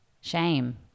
Shame